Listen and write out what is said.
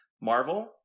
Marvel